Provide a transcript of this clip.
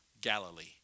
Galilee